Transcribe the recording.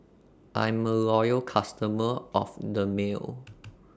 I'm A Loyal customer of Dermale